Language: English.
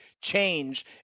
change